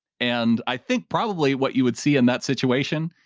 and i think probably what you would see in that situation.